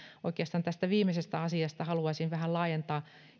oikeastaan tästä viimeisestä asiasta haluaisin vähän laajentaa